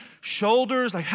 shoulders